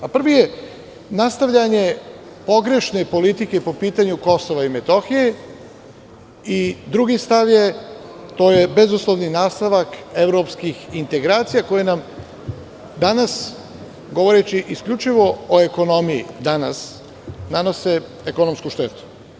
Prvi je, nastavljanje pogrešne politike po pitanju Kosova i Metohije i drugi stav je bezuslovni nastavak evropskih integracija koje nam danas govoreći isključivo o ekonomiji danas nanose ekonomsku štetu.